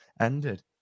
ended